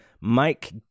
Mike